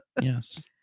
Yes